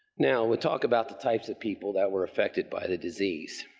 now, we talk about the types of people that were affected by the disease.